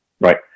Right